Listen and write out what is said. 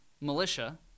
militia